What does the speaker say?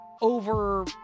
over